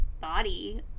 body